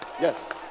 Yes